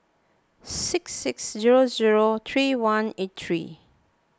six six zero zero three one eight three